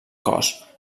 cos